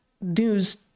news